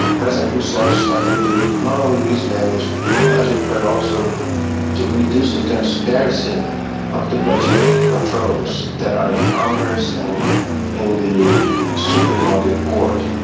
president rousseff so started to not only mismanaged the budget but also to reduce the transparency of the budget controls that are in congress and in the supreme audit court.